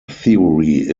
theory